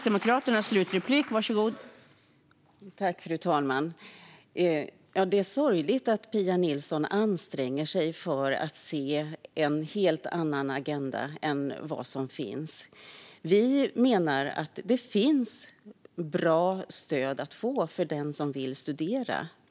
Fru talman! Det är sorgligt att Pia Nilsson anstränger sig för att se en helt annan agenda än den som finns. Vi menar att det finns bra stöd att få för den som vill studera.